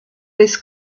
this